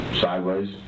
sideways